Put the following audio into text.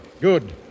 Good